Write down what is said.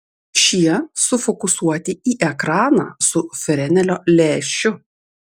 šie sufokusuoti į ekraną su frenelio lęšiu